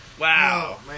wow